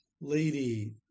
lady